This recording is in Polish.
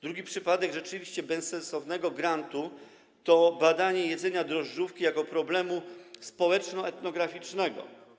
Drugi przypadek rzeczywiście bezsensownego grantu to badanie jedzenia drożdżówki jako problemu społeczno-etnograficznego.